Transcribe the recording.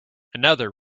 another